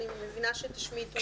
אני מבינה שתשמיטו את זה.